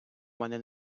мене